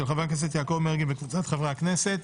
של חבר הכנסת יעקב מרגי וקבוצת חברי הכנסת.